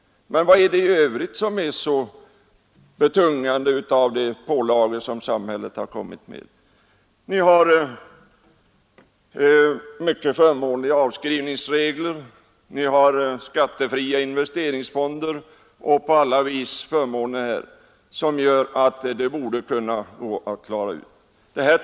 Vilka pålagor har samhället kommit med som är så betungande? Ni har mycket förmånliga avskrivningsregler, ni har skattefria investerings fonder och på alla vis andra förmåner som borde hjälpa företagen att Nr 146 klara sig.